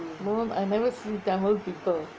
no I never see tamil people